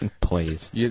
Please